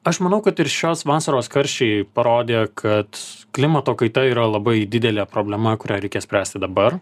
aš manau kad ir šios vasaros karščiai parodė kad klimato kaita yra labai didelė problema kurią reikia spręsti dabar